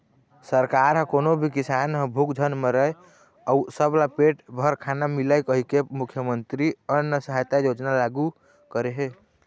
सरकार ह कोनो भी किसान ह भूख झन मरय अउ सबला पेट भर खाना मिलय कहिके मुख्यमंतरी अन्न सहायता योजना लागू करे हे